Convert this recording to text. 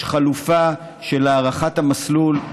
יש חלופה של הארכת המסלול,